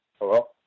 Hello